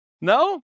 No